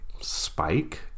spike